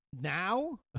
now